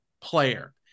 player